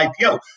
IPO